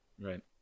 Right